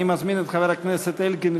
אני מזמין את חבר הכנסת אלקין,